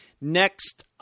Next